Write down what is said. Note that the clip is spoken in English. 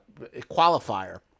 qualifier